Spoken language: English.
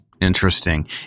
Interesting